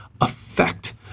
affect